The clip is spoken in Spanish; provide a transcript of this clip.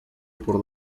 por